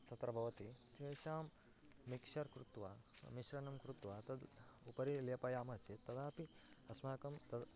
तत्र भवति तेषां मिक्शर् कृत्वा मिश्रणं कृत्वा तद् उपरि लेपयामः चेत् तदापि अस्माकं तद्